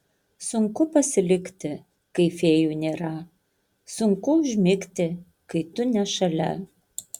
sunku pasilikti kai fėjų nėra sunku užmigti kai tu ne šalia